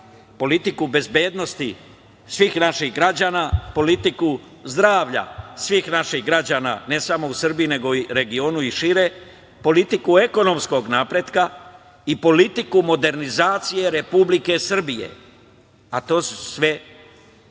politiku bezbednosti svih naših građana, politiku zdravlja svih naših građana ne samo u Srbiji nego i regionu i šire, politiku ekonomskog napretka i politiku modernizacije Republike Srbije, a to sve